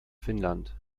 finnland